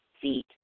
feet